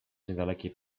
niedalekiej